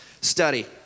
Study